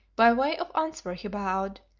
by way of answer he bowed,